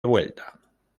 vuelta